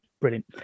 brilliant